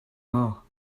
mort